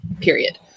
period